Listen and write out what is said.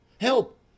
help